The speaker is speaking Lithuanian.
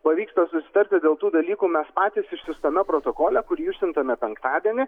pavyksta susitarti dėl tų dalykų mes patys išsiųstame protokole kurį išsiuntėme penktadienį